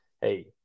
hey